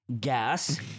gas